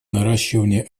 наращивание